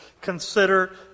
consider